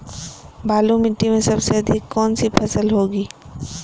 बालू मिट्टी में सबसे अधिक कौन सी फसल होगी?